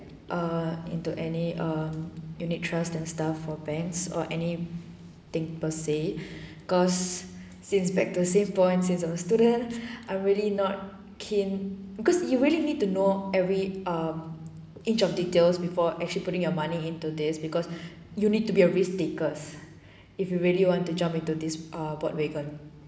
uh into any um unit trust and stuff from banks or any thing per se cause since back to same point since I'm a student I'm really not keen cause you really need to know every um each of details before actually putting your money into this because you need to be a risk taker if you really want to jump into this uh